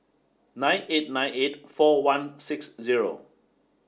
nine eight nine eight four one six zero